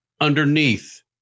underneath